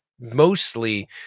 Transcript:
mostly